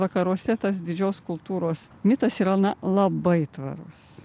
vakaruose tas didžios kultūros mitas yra na labai tvarus